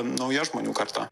nauja žmonių karta